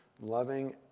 loving